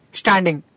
standing